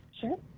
Sure